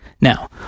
Now